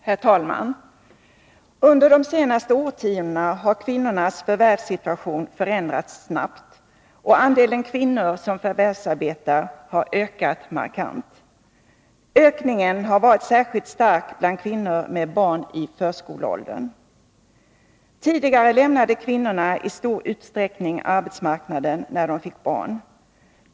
Herr talman! Under de senaste årtiondena har kvinnornas förvärvssituation förändrats snabbt, och andelen kvinnor som förvärvsarbetar har ökat markant. Ökningen har varit särskilt stark bland kvinnor med barn i förskoleåldern. Tidigare lämnade kvinnorna i stor utsträckning arbetsmarknaden när de fick barn.